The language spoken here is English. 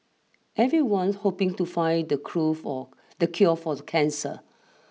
everyone's hoping to find the cruel for the cure for the cancer